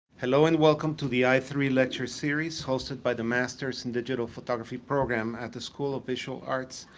hello and welcome to the i three lecture series, hosted by the masters and digital photography program at the school of visual arts.